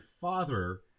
father